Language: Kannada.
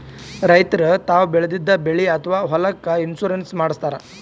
ರೈತರ್ ತಾವ್ ಬೆಳೆದಿದ್ದ ಬೆಳಿ ಅಥವಾ ಹೊಲಕ್ಕ್ ಇನ್ಶೂರೆನ್ಸ್ ಮಾಡಸ್ತಾರ್